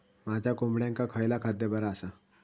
माझ्या कोंबड्यांका खयला खाद्य बरा आसा?